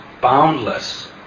boundless